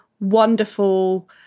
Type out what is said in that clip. wonderful